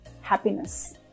happiness